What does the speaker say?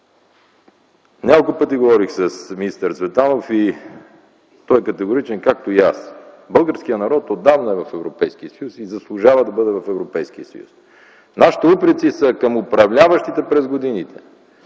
Няколко пъти говорих с министър Цветанов. Той е категоричен, както и аз - българският народ е отдавна в Европейския съюз и заслужава да бъде в Европейския съюз. Нашите упреци са към управляващите през годините,